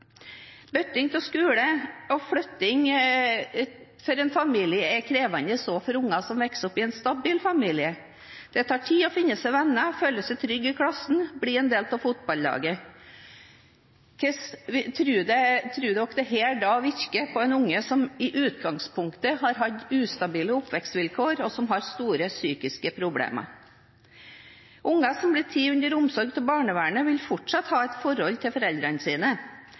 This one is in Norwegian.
skole og flytting av en familie er krevende også for unger som vokser opp i en stabil familie. Det tar tid å finne seg venner, føle seg trygg i klassen, bli en del av fotballaget. Hvordan tror en da at dette virker på en unge som i utgangspunktet har hatt ustabile oppvekstsvilkår, og som har store psykiske problemer? Unger som blir tatt under omsorg av barnevernet, vil fortsatt ha et forhold til foreldrene sine,